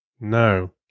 No